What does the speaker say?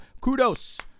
kudos